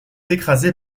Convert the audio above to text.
écrasé